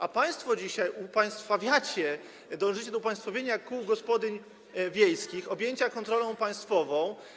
A państwo dzisiaj upaństwawiacie, dążycie do upaństwowienia kół gospodyń wiejskich, objęcia kontrolą państwową.